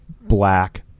black